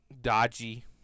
dodgy